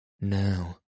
Now